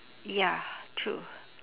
ya true